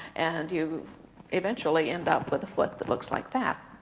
and you eventually end up with a foot that looks like that.